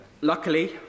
Luckily